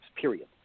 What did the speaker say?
period